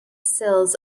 sills